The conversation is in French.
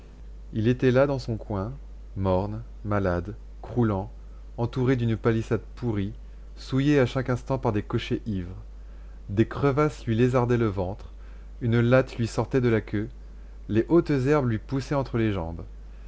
il était là dans son coin morne malade croulant entouré d'une palissade pourrie souillée à chaque instant par des cochers ivres des crevasses lui lézardaient le ventre une latte lui sortait de la queue les hautes herbes lui poussaient entre les jambes